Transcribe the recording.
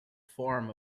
form